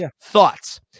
thoughts